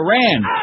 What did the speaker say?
Iran